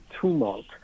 tumult